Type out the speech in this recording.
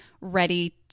ready